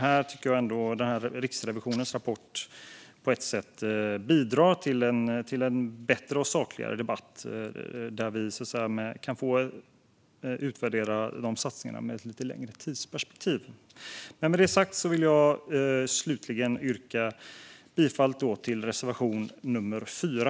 Här bidrar Riksrevisionens rapport till en bättre och sakligare debatt genom att vi kan få utvärdera satsningarna i ett lite längre tidsperspektiv. Jag yrkar bifall till reservation nummer 4.